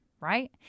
Right